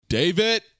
David